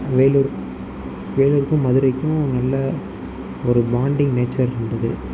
வேலூர் வேலூருக்கும் மதுரைக்கும் நல்ல ஒரு பாண்டிங் நேச்சர் இருந்தது